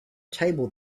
table